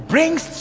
brings